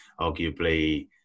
arguably